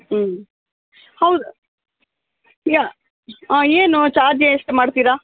ಹ್ಞೂ ಹೌ ಯಾ ಏನು ಚಾರ್ಜ್ ಎಷ್ಟು ಮಾಡ್ತೀರಾ